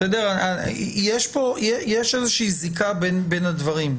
יש איזושהי זיקה בין הדברים.